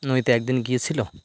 নদীতে একদিন গিয়েছিল